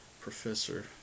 Professor